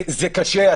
זה קשה.